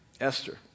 esther